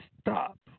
stop